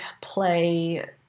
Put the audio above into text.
play